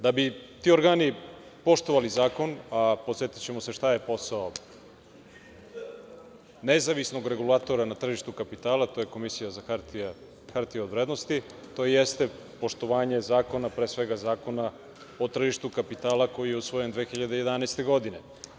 Da bi ti organi poštovani zakon, a podsetićemo se šta je posao Nezavisnog regulatora na tržištu kapitala, to je Komisija za hartije od vrednosti, to jeste poštovanje zakona, pre svega Zakona o tržištu kapitala koji je usvojen 2011. godine.